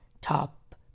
top